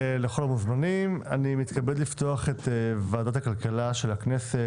אני מתכבד לפתוח את ישיבת ועדת הכלכלה של הכנסת.